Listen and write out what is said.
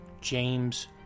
James